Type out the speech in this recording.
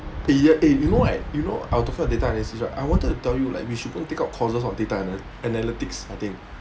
eh eh you know right you know we're talking about data analyst right I wanted to tell you like we should go take up courses of data an~ analytics I think